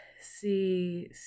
see